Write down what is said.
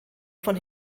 von